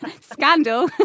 Scandal